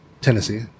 Tennessee